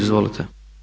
Izvolite.